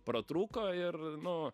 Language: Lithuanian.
pratrūko ir nu